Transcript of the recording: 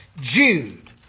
Jude